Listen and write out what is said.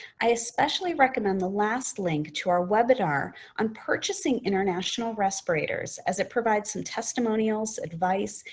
i especially recommend the last link to our webinar on purchasing international respirators, as it provides some testimonials, advice,